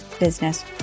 business